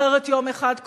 אחרת יום אחד,